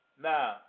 Now